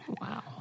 wow